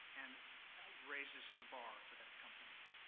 and raises the bar for that company.